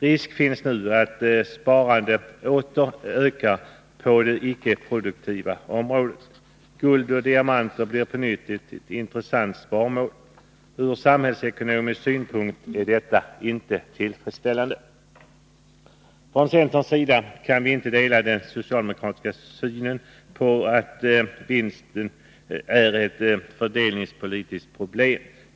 Risk finns nu att sparandet åter ökar på det icke produktiva området. Guld och diamanter blir på nytt ett intressant sparmål. Ur samhällsekonomisk synpunkt är det inte tillfredsställande. Från centerns sida kan vi inte dela den socialdemokratiska synen på att vinsten är ett fördelningspolitiskt problem.